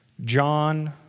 John